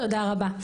תודה רבה.